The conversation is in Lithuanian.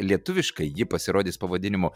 lietuviškai ji pasirodys pavadinimu